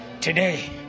Today